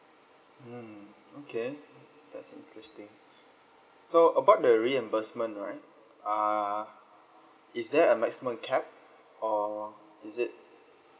mm okay that's interesting so about the reimbursement right uh is there a maximum in cap or is it